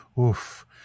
Oof